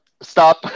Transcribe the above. Stop